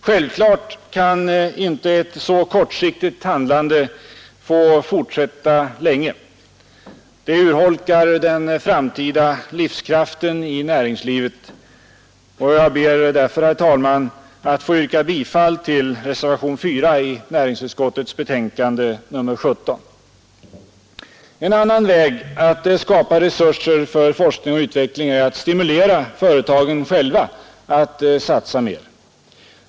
Självfallet kan inte ett så kortsiktigt handlande få fortsätta länge. Det urholkar den framtida livskraften i näringslivet. Jag ber därför, herr talman, att få yrka bifall till reservationen 4 vid näringsutskottets betänkande nr 17. En annan väg att skapa resurser för forskning och utveckling är att stimulera företagen själva att satsa mer.